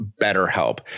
BetterHelp